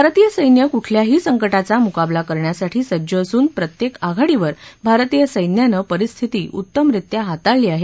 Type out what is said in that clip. भारतीय सैन्य कुठल्याही संकटाचा मुकाबला करण्यासाठी सज्ज असून प्रत्येक आघाडीवर भारतीय सैन्यानं परिस्थिती उत्तम रित्या हाताळली आहे